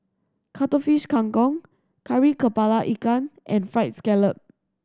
Cuttlefish Kang Kong Kari Kepala Ikan and Fried Scallop